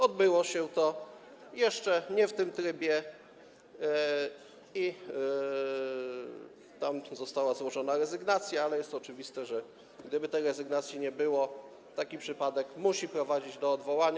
Odbyło się to jeszcze nie w tym trybie i została złożona rezygnacja, ale jest oczywiste, że gdyby tej rezygnacji nie było, taki przypadek musi prowadzić do odwołania.